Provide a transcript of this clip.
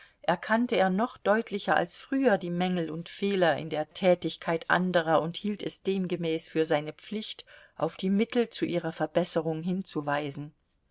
erkannte er noch deutlicher als früher die mängel und fehler in der tätigkeit anderer und hielt es demgemäß für seine pflicht auf die mittel zu ihrer verbesserung hinzuweisen